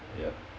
yup